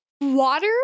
water